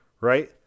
Right